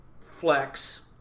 flex